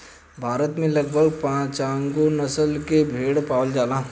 भारत में लगभग पाँचगो नसल के भेड़ पावल जाला